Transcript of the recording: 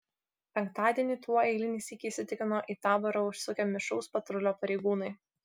penktadienį tuo eilinį sykį įsitikino į taborą užsukę mišraus patrulio pareigūnai